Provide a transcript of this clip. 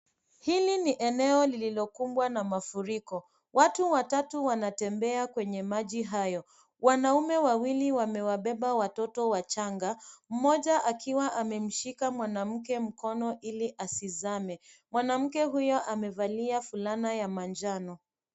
Hili ni eneo lililo kumbwa na mafuriko. Watu watatu wanatembea kwenye maji hayo. Wanaume wawili wamewabeba watoto wachanga mmoja akiwa amemshika mwanamke mkono ili asizame. Mwanamke huyo amevalia fulana ya manjano.